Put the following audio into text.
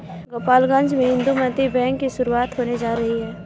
गोपालगंज में इंदुमती बैंक की शुरुआत होने जा रही है